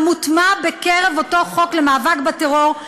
המוטמע בקרב אותו חוק המאבק בטרור,